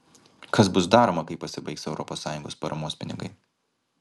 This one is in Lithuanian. kas bus daroma kai pasibaigs europos sąjungos paramos pinigai